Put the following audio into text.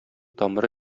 тамыры